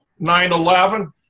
9-11